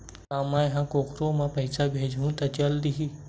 का मै ह कोखरो म पईसा भेजहु त चल देही?